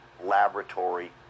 laboratory